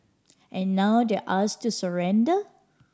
and now they're asked to surrender